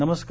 नमस्कार